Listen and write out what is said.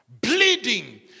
bleeding